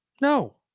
No